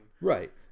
right